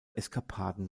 eskapaden